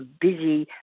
busy